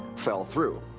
fell through.